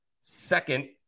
Second